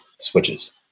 switches